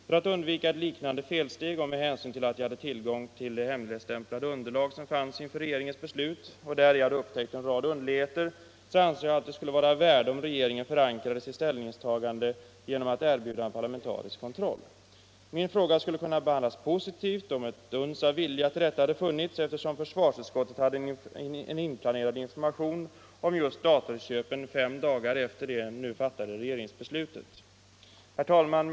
För att undvika ett liknande felsteg, och med hänsyn till att jag hade tillgång till det hemligstämplade underlag som fanns för regeringens beslut och däri hade upptäckt en rad underligheter, ansåg jag att det skulle vara av värde om regeringen förankrade sitt ställningstagande genom att erbjuda en parlamentarisk kontroll. Min fråga skulle ha behandlats positivt, om ett uns av vilja till detta hade funnits, eftersom försvarsutskottet hade inplanerat en information om just datorköpen fem dagar efter det nu fattade regeringsbeslutet. Herr talman!